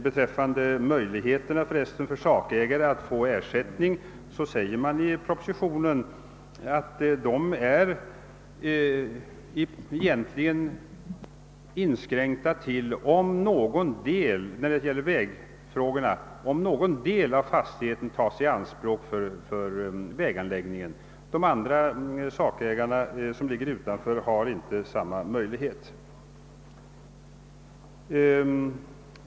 Beträffande en sakägares möjligheter att få ersättning sägs för övrigt i propositionen att de möjligheterna i vägfrågor egentligen inskränker sig till om någon del av fastigheten tas i anspråk för väganläggningen. Sakägare med fastigheter som ligger utanför har därvidlag inte samma möjlighet.